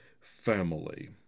family